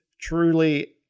truly